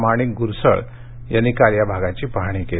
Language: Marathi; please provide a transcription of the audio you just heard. माणिक गुरसळ यांनी काल या भागाची पाहणी केली